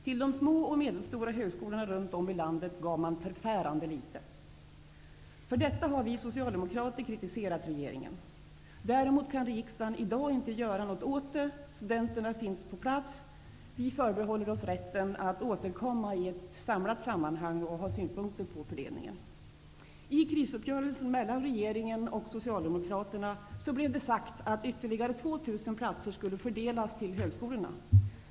Till de små och medelstora högskolorna runt om i landet gav man förfärande lite. För detta har vi socialdemokrater kritiserat regeringen. Däremot kan riksdagen i dag inte göra något åt det. Studenterna finns redan på plats. Vi förbehåller oss dock rätten att återkomma till frågan om fördelningen i ett mera samlat sammahang. 2 000 platser skulle fördelas till högskolorna.